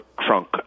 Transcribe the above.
trunk